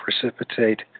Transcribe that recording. precipitate